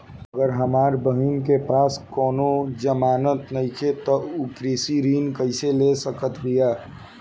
अगर हमार बहिन के पास कउनों जमानत नइखें त उ कृषि ऋण कइसे ले सकत बिया?